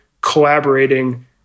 collaborating